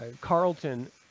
Carlton